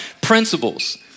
principles